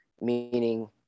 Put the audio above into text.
Meaning